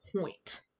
point